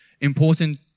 important